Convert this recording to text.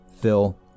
Phil